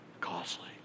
costly